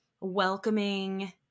welcoming